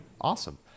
Awesome